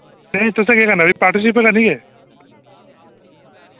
नेईं तुसैं केह् करना फ्ही पार्टनरशिप पर करनी केह्